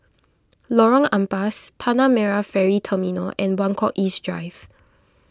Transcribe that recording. Lorong Ampas Tanah Merah Ferry Terminal and Buangkok East Drive